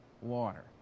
water